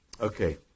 Okay